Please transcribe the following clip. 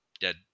dead